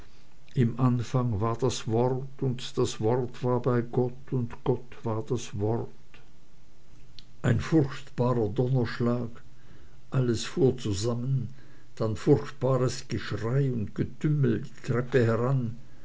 im anfang war das wort und das wort war bei gott und gott war das wort ein furchtbarer donnerschlag alle fuhren zusammen dann furchtbares geschrei und getümmel die treppe heran